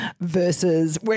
versus